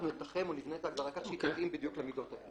אנחנו נתחם או נבנה את ההגדרה כך שהיא תתאים בדיוק למידות האלה.